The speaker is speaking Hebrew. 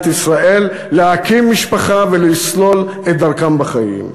ישראל להקים משפחה ולסלול את דרכם בחיים.